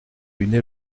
une